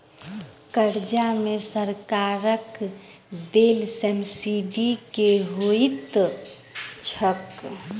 कर्जा मे सरकारक देल सब्सिडी की होइत छैक?